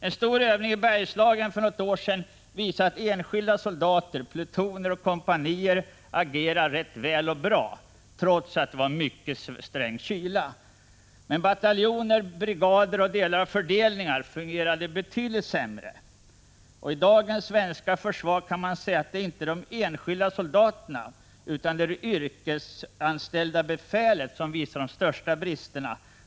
En stor övning i Bergslagen för något år sedan visade att enskilda soldater, plutoner och kompanier agerade väl trots mycket sträng kyla. Men bataljoner, brigader och fördelningar fungerade betydligt sämre. I dagens svenska försvar är det inte de enskilda soldaterna utan det yrkesanställda befälet som uppvisar de största bristerna.